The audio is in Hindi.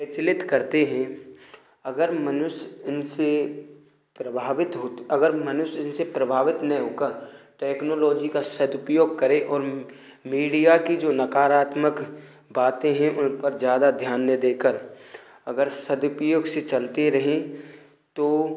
विचलित करते हैं अगर मनुष्य इनसे प्रभावित होत अगर मनुष्य इनसे प्रभावित ने हो कर टेक्नोलोजी का सदुपयोग करे और मीडिया की जो नकारात्मक बातें हैं उन पर ज़्यादा ध्यान न देकर अगर सदुपयोग से चलते रहें तो